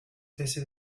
cese